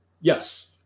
Yes